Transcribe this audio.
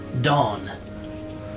Dawn